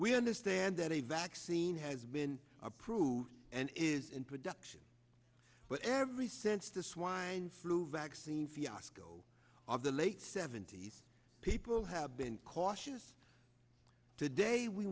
we understand that a vaccine has been approved and is in production but every sense the swine flu vaccine fiasco of the late seventy's people have been cautious today we